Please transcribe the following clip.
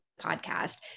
podcast